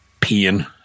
peeing